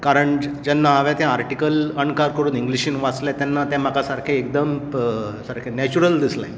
कारण जेन्ना हांवें तें आर्टिकल अणकार करून इंग्लिशींत वाचलें तेन्ना तें म्हाका सामकें एकदम सारकें नॅचरल दिसलें